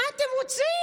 מה אתם רוצים?